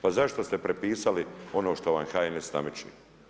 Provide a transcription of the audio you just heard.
Pa zašto ste prepisali ono što vam HNS nameće?